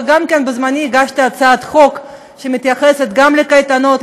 וגם בזמני הגשתי הצעת חוק שמתייחסת לקייטנות,